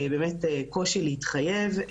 קושי להתחייב,